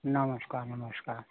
नमस्कार नमस्कार